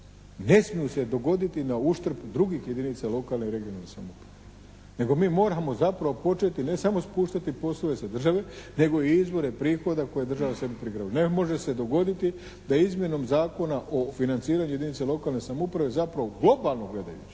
Ne smiju se dogoditi na uštrp drugih jedinica lokalne i regionalne samouprave nego mi moramo zapravo početi ne samo spuštati poslove sa države nego i izvore prihoda koje država sebi prigrabljuje. Ne može se dogoditi da izmjenom Zakona o financiranju jedinica lokalne samouprave zapravo globalno gledajući,